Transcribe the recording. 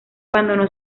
abandonó